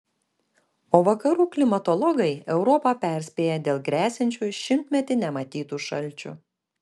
o vakarų klimatologai europą perspėja dėl gresiančių šimtmetį nematytų šalčių